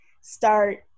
start